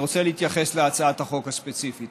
אני רוצה להתייחס להצעת החוק הספציפית,